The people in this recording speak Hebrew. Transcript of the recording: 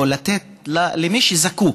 לתת למי שזקוק,